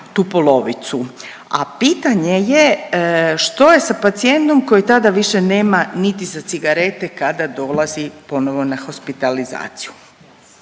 tu polovicu, a pitanje je što je sa pacijentom koji tada više nema niti za cigarete, kada dolazi ponovo na hospitalizaciju?